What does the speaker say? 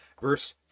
verse